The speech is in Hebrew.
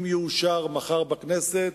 אם יאושר מחר בכנסת,